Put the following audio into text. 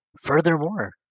Furthermore